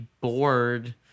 bored